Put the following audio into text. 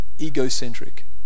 egocentric